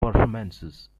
performances